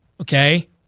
Okay